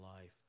life